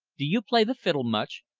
do you play the fiddle much?